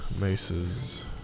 maces